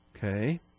Okay